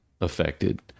affected